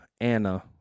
Anna